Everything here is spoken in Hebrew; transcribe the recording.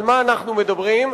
על מה אנחנו מדברים,